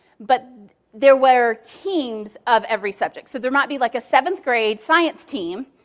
but there were teams of every subject. so there might be like a seventh grade science team,